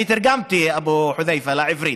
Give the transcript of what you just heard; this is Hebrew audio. אני תרגמתי, אבו חוד'ייפה, לעברית,